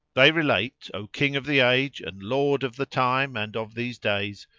they relate, o king of the age and lord of the time and of these days,